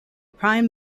prime